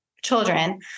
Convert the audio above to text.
children